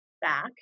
back